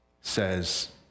says